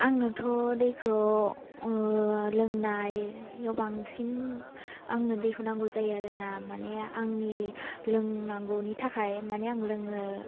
आंनोथ' दैखौ लोंनायाव बांसिन आंनो दैखौ नांगौ जायो आरो ना माने आंनि लोंनांगौनि थाखाय माने आं लोङो